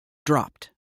dropped